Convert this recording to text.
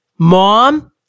Mom